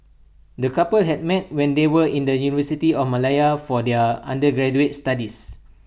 the couple had met when they were in the university of Malaya for their undergraduate studies